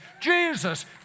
Jesus